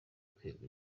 kwemera